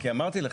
כי אמרתי לך,